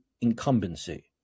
incumbency